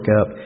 up